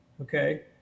okay